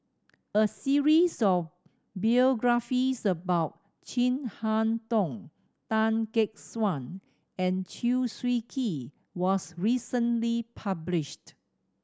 a series of about Chin Harn Tong Tan Gek Suan and Chew Swee Kee was recently published